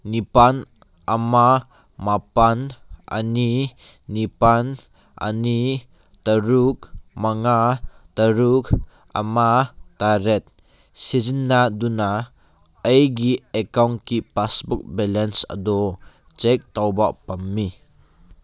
ꯅꯤꯄꯥꯜ ꯑꯃ ꯃꯥꯄꯜ ꯑꯅꯤ ꯅꯤꯄꯥꯜ ꯑꯅꯤ ꯇꯔꯨꯛ ꯃꯉꯥ ꯇꯔꯨꯛ ꯑꯃ ꯇꯔꯦꯠ ꯁꯤꯖꯤꯟꯅꯗꯨꯅ ꯑꯩꯒꯤ ꯑꯦꯀꯥꯎꯟꯒꯤ ꯄꯥꯁꯕꯨꯛ ꯕꯦꯂꯦꯟꯁ ꯑꯗꯣ ꯆꯦꯛ ꯇꯧꯕ ꯄꯥꯝꯃꯤ